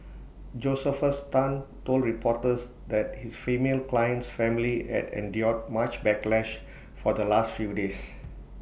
Josephus Tan told reporters that his female client's family had endured much backlash for the last few days